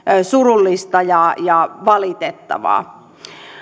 surullista ja ja valitettavaa